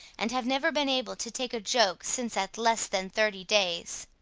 and have never been able to take a joke since at less than thirty days.